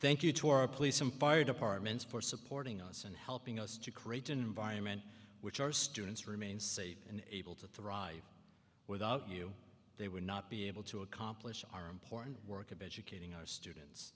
thank you to our police and fire departments for supporting us and helping us to create an environment which our students remain safe and able to thrive without you they were not be able to accomplish our important work of educating our students